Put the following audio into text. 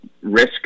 risk